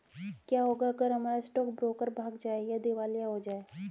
क्या होगा अगर हमारा स्टॉक ब्रोकर भाग जाए या दिवालिया हो जाये?